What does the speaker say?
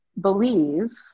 believe